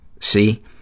see